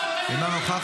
אינו נוכח,